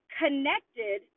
connected